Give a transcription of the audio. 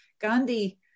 Gandhi